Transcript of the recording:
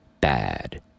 Bad